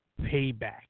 Payback